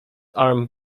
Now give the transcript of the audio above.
arm